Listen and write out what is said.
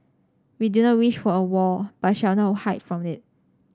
we do not wish for a war but shall not hide from it